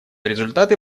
результаты